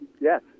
Yes